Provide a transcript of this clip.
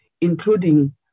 including